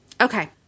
Okay